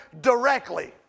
directly